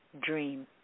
dream